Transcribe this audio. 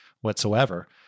whatsoever